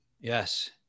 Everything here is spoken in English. Yes